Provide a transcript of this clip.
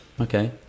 Okay